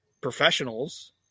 professionals